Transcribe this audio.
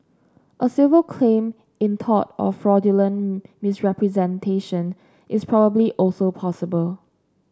a civil claim in tort of fraudulent misrepresentation is probably also possible